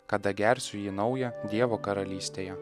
kada gersiu jį naują dievo karalystėje